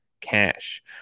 cash